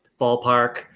ballpark